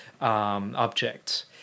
objects